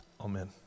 amen